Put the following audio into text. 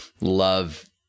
love